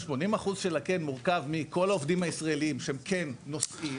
ה-80% של הכן מורכב מכל העובדים הישראלים שהם כן נוסעים.